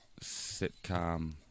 sitcom